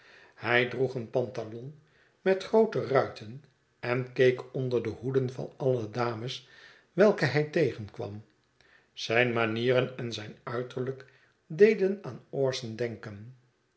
hij droeg een pantalon met groote ruiten en keek onder de hoeden van alle dames welke hij tegenkwam zijn manieren en zijn uiterlijk deden aan orson denken